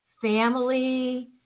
family